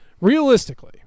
realistically